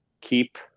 keep